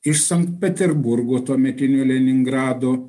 iš sankt peterburgo tuometinio leningrado